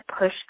push